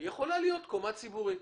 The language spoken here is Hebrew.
יכולה להיות קומה ציבורית.